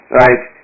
right